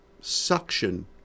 suction